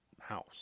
house